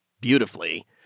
beautifully